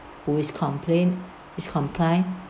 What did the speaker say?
always complaint is comply